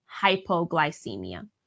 hypoglycemia